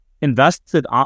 invested